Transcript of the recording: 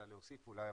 אלא להוסיף אולי,